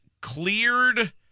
cleared